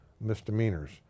misdemeanors